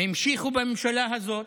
המשיכו בממשלה הזאת,